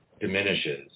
diminishes